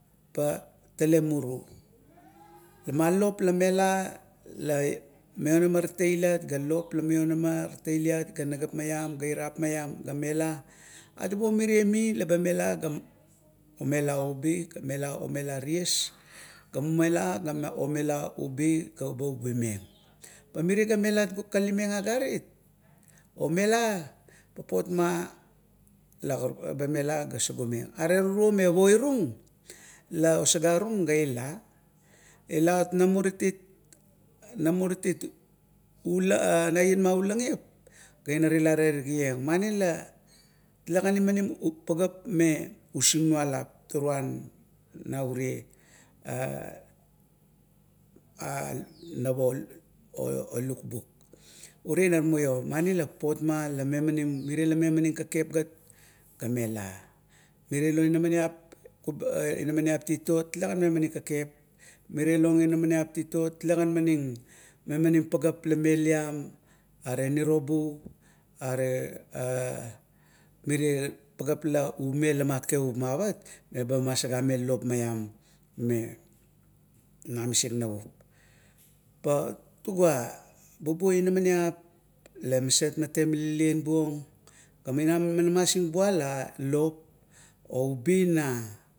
Pa tale muru, papot ma lop lamela la maionama tatailit ga lop la maionama tatailit ga nagap maiam ga irap maiam la mela, atabo mirie mila ga momela ubi ga omela ties ga mila ga omela ubi ga ba ubimeng. Pa mirie la melat man kalimeng agarit, omela papot ma la karuk baet mela me sagumeng. Are turo me poirung, la osagarung gaila, ila na muritit, na muritit ulanhh naian ma ulangip ga inar ila terigieng mani la talegan imanim pagap me using nualap toruan na ure nap o lukbuk, ure inar muio. Mani la papot ma mime la memaing kekep gat la mela. Mirie non inaminiap kubap, inamaniap titot talegan memaning kekep, mirie pageap la meliam, are nirobu are a mirie pageap a umela mavat, meba masagameng lop maiam mena misik navup. Pa tugua bubuo inamaniap la maset man temamalian buong ga ina man masing bula lop oubi na.